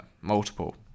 Multiple